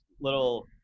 little